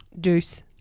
Deuce